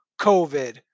COVID